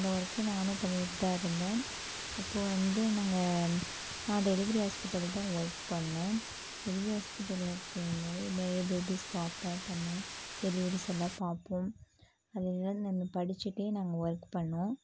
இந்த ஒர்க்கு பண்ணிகிட்டுதான் இருந்தேன் அப்போது வந்து நாங்கள் நா டெலிவெரி ஹாஸ்பிட்டலில்தான் ஒர்க் பண்ணிணேன் டெலிவரி ஹாஸ்பிட்டலில் ஒர்க் பண்ணும்போது நிறைய பேபீஸ் பார்ப்பேன் பண்ணுவேன் டெலிவரிஸெல்லாம் பார்ப்போம் அதுமாரி தான் நான் படிச்சுட்டே நாங்கள் ஒர்க் பண்ணிணோம்